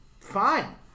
Fine